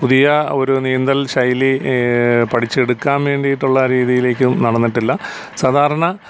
പുതിയ ഒരു നീന്തൽ ശൈലി പഠിച്ചെടുക്കാൻ വേണ്ടിയിട്ടുള്ള രീതിയിലേക്കും നടന്നിട്ടില്ല സാധാരണ